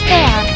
Fair